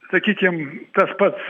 sakykim tas pats